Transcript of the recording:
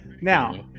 Now